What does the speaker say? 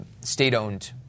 state-owned